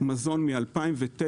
מזון מ-2009,